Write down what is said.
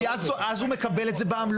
כי אז הוא מקבל את זה בעמלות.